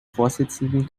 vorsitzenden